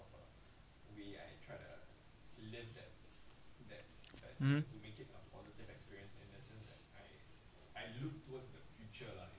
mm